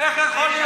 איך יכול להיות?